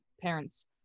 parents